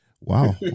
Wow